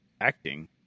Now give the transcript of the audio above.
acting